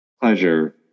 Pleasure